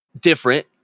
different